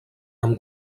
amb